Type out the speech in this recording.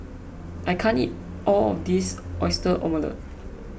I can't eat all of this Oyster Omelette